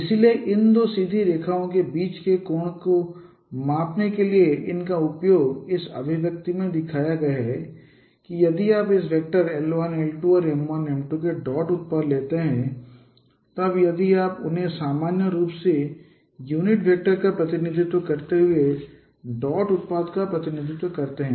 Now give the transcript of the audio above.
इसलिए इन दो सीधी रेखाओं के बीच के कोण को मापने के लिए इनका उपयोग इस अभिव्यक्ति में दिखाया गया है कि यदि आप इस वैक्टर l1 l2 और m1 m2 के डॉट उत्पाद लेते हैं और तब यदि आप उन्हें सामान्य रूप से यूनिट वैक्टर का प्रतिनिधित्व करते हुए डॉट उत्पाद का प्रतिनिधित्व करते हैं